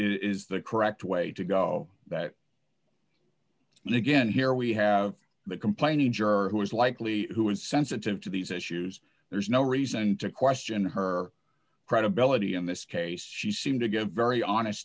is the correct way to go that you again here we have the complaining juror who is likely who is sensitive to these issues there's no reason to question her credibility in this case she seemed to give very honest